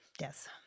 Yes